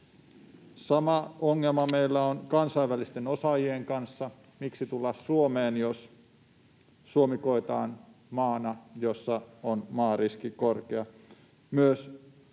Sama ongelma meillä on kansainvälisten osaajien kanssa: miksi tulla Suomeen, jos Suomi koetaan maana, jossa on maariski korkea? Myös